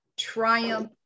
Triumph